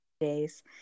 Days